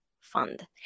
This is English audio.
fund